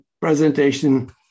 presentation